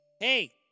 Hey